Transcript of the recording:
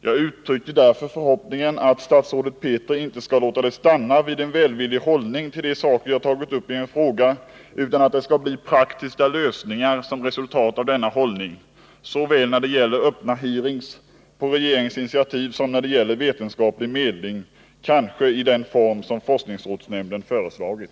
Jag uttrycker därför den förhoppningen att statsrådet Petri inte skall låta det stanna vid en välvillig hållning till de saker jag tagit upp i min fråga, utan att det skall bli praktiska lösningar som resultat av denna hållning, såväl när det 139 gäller öppna hearings på regeringens initiativ som när det gäller vetenskaplig medling, kanske i den form som forskningsrådsnämnden föreslagit.